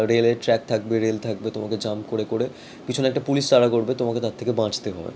রেলের ট্র্যাক থাকবে রেল থাকবে তোমাকে জাম্প করে করে পিছনে একটা পুলিশ তাড়া করবে তোমাকে তার থেকে বাঁচতে হয়